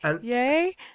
Yay